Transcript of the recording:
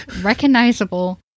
Recognizable